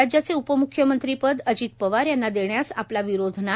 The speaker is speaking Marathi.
राज्याचे उपम्ख्यमंत्रीपद अजित पवार यांना देण्यास आपला विरोध नाही